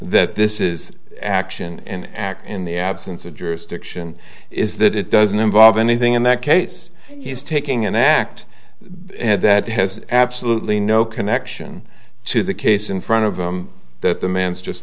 that this is action and act in the absence of jurisdiction is that it doesn't involve anything in that case he's taking an act that has absolutely no connection to the case in front of them that the man's just